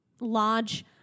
...large